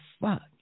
fuck